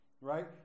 Right